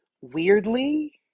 weirdly